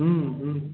हूँ हूँ